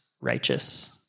righteous